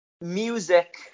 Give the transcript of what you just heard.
Music